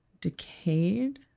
decayed